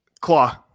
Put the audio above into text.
Claw